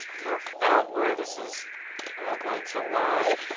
work out where this is all going to lie.